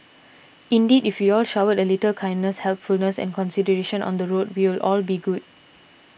indeed if we all showed a little kindness helpfulness and consideration on the road we'll all be good